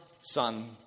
Son